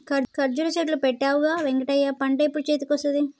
కర్జురా చెట్లు పెట్టవుగా వెంకటయ్య పంట ఎప్పుడు చేతికొస్తది